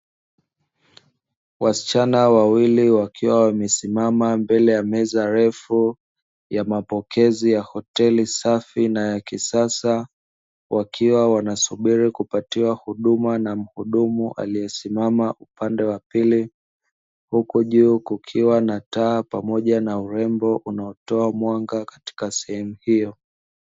Wasichana wawili wakiwa wamesimama mbele ya meza refu ya mapokezi ya hoteli safi na ya kisasa; wakiwa wanasubiri kupatiwa huduma na mhudumu aliyesimama upande wa pili, huku juu kukiwa na taa pamoja na urembo unaotoa mwanga katika sehemu hiyo.